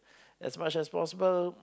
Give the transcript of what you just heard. as much as possible